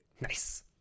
Nice